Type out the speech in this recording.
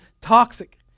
toxic